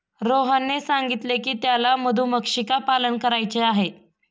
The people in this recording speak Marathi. रोहनने सांगितले की त्याला मधुमक्षिका पालन करायचे आहे